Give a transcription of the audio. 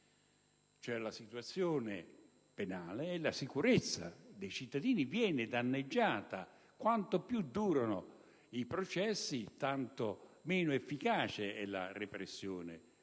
della giustizia penale, e poi la sicurezza dei cittadini viene danneggiata: quanto più durano i processi tanto meno efficace è la repressione